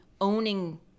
owning